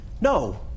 no